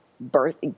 birth